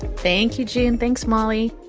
thank you, jeanne. thanks, molly.